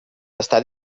està